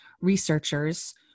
researchers